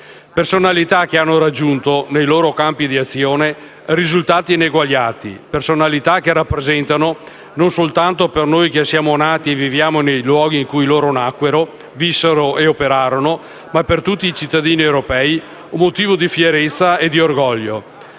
personalità che hanno raggiunto, nei loro campi di azione, risultati ineguagliati e che rappresentano, non soltanto per noi che siamo nati e viviamo nei luoghi in cui loro nacquero, vissero e operarono, ma per tutti i cittadini europei, un motivo di fierezza e orgoglio.